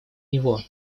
него